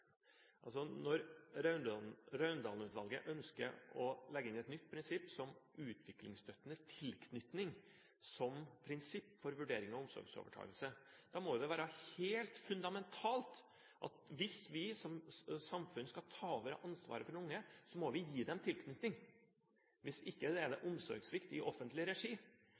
Når Raundalen-utvalget ønsker å legge inn et nytt prinsipp som utviklingsstøttende tilknytning som prinsipp for vurdering av omsorgsovertakelse, må det være helt fundamentalt at hvis vi som samfunn skal ta over ansvaret for en unge, må vi gi dem tilknytning. Hvis ikke er det omsorgssvikt i offentlig regi.